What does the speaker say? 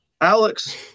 Alex